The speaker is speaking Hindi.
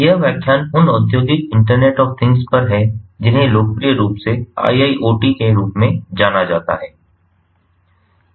यह व्याख्यान उन औद्योगिक इंटरनेट ऑफ़ थिंग्स पर है जिन्हें लोकप्रिय रूप से IIoT के रूप में जाना जाता है